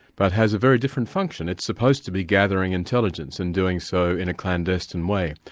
but has a very different function. it's supposed to be gathering intelligence, and doing so in a clandestine way.